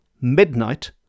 midnight